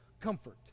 comfort